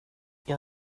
jag